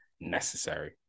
necessary